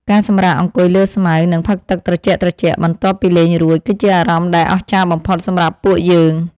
ការសម្រាកអង្គុយលើស្មៅ និងផឹកទឹកត្រជាក់ៗបន្ទាប់ពីលេងរួច គឺជាអារម្មណ៍ដែលអស្ចារ្យបំផុតសម្រាប់ពួកយើង។